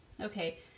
okay